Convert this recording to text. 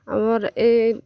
ଆମର ଇ